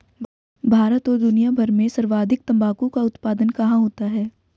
भारत और दुनिया भर में सर्वाधिक तंबाकू का उत्पादन कहां होता है?